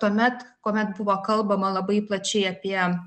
tuomet kuomet buvo kalbama labai plačiai apie